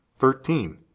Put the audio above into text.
Thirteen